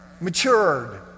matured